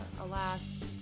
alas